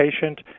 patient